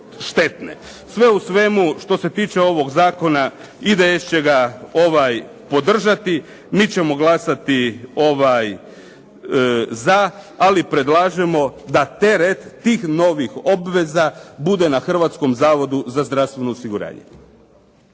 Sve u svemu što se tiče ovog zakona IDS će ga podržati. Mi ćemo glasati za ali predlažemo da tih novih obveza bude na Hrvatskom zavodu za zdravstveno osiguranje.